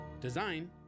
Design